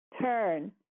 Turn